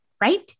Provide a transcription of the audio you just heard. Right